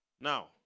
Now